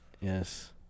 yes